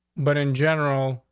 but in general,